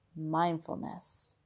mindfulness